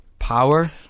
Power